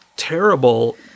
terrible